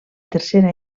tercera